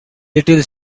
little